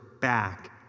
back